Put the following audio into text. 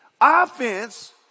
offense